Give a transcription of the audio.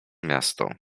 miasto